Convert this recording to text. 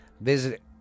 visit